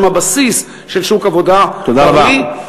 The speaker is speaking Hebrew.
הם הבסיס של שוק עבודה בריא.